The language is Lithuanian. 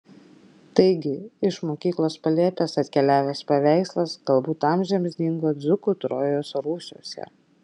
taigi iš mokyklos palėpės atkeliavęs paveikslas galbūt amžiams dingo dzūkų trojos rūsiuose